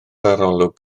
arolwg